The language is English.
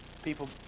People